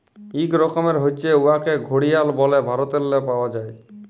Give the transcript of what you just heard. ইক রকমের হছে উয়াকে ঘড়িয়াল ব্যলে ভারতেল্লে পাউয়া যায়